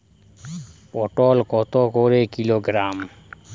পটল কত করে কিলোগ্রাম?